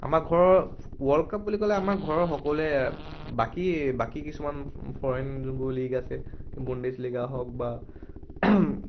আমাৰ ঘৰৰ world cup বুলি ক'লে আমাৰ ঘৰৰ সকলোৱে বাকী বাকী কিছুমান ফৰেন যোনবোৰ লীগ আছে বুন্দেশ লীগা হওক বা